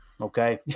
Okay